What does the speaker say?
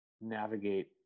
navigate